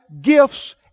gifts